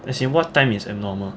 as in what time is abnormal